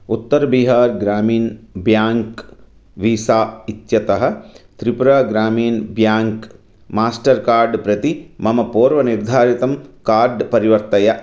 उत्तर् Bihar Gramin bank Visa इत्यतः Tripura Gramin bank Mastercard प्रति मम पूर्वनिर्धारितं कार्ड् परिवर्तय